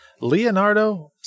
Leonardo